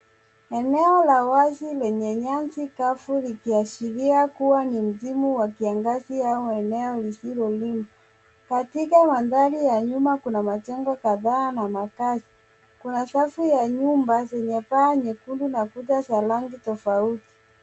Eneo la wazi lenye nyasi kavu likiashiria kuwa ni msimu wa kiangazi au eneo lisilolimwa. Katika mandhari ya nyuma kuna majengo kadhaa na makazi. Kuna safu ya nyuma yenye paa nyekundu na kuta za rangi tofauti.